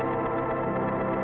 or